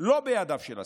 לא בידיו של השר.